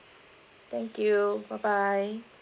thank you bye bye